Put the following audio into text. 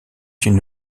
une